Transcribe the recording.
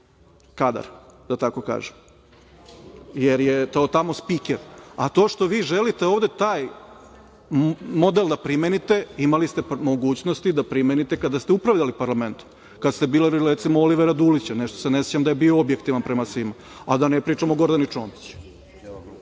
kadar, da tako kažem, jer je to tamo spiker, a to što vi želite ovde taj model da primenite, imali ste mogućnosti da primenite kada ste upravljali parlamentom, kada ste birali, recimo, Olivera Dulića. Nešto se ne sećam da je bio objektivan prema svima, a da ne pričamo o Gordani Čomić.